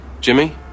Jimmy